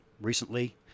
recently